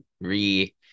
re-